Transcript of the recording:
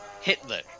Hitler